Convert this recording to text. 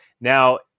Now